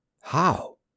How